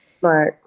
right